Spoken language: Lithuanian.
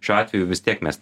šiuo atveju vis tiek mes